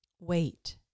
wait